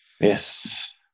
Yes